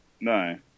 No